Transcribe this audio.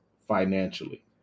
financially